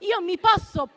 Io mi posso